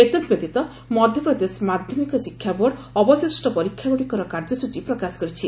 ଏତଦ୍ବ୍ୟତୀତ ମଧ୍ୟପ୍ରଦେଶ ମାଧ୍ୟମିକ ଶିକ୍ଷାବୋର୍ଡ ଅବଶିଷ୍ଟ ପରୀକ୍ଷା ଗୁଡ଼ିକର କାର୍ଯ୍ୟଚୀ ପ୍ରକାଶ କରିଛି